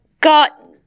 got